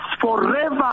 forever